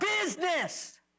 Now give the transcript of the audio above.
business